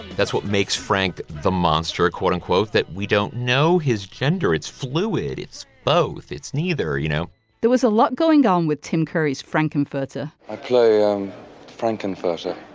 that's what makes frank the monster quote unquote that we don't know his gender it's fluid it's both it's neither you know there was a lot going on with tim curry's frankfurter i play um frank confessional.